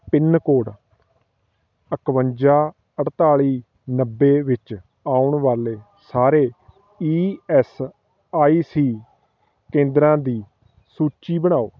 pin code ਇਕਵੰਜਾ ਅਠਤਾਲੀ ਨੱਬੇ ਵਿੱਚ ਆਉਣ ਵਾਲੇ ਸਾਰੇ ਈ ਐੱਸ ਆਈ ਸੀ ਕੇਂਦਰਾਂ ਦੀ ਸੂਚੀ ਬਣਾਓ